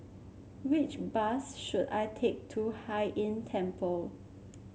which bus should I take to Hai Inn Temple